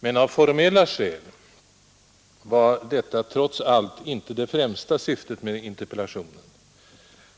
Men av formella skäl var detta trots allt inte det främsta syftet med interpellationen.